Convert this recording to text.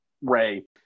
Ray